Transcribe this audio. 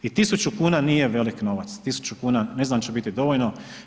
I 1000 kuna nije velik novac, 1000 kuna ne znam hoće li biti dovoljno.